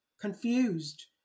confused